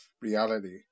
reality